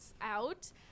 out